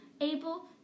able